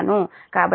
కాబట్టిtc 0